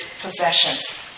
possessions